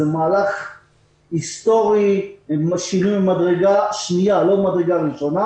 זה מהלך היסטורי ושינוי ממדרגה שנייה, לא ראשונה,